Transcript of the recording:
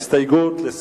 הסתייגות.